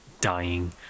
dying